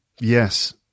Yes